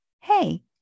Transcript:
Hey